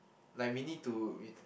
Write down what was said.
like we need to we